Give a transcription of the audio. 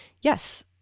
yes